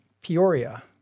Peoria